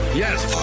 Yes